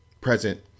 present